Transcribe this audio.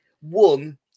one